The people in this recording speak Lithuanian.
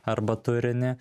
arba turinį